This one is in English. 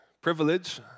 privilege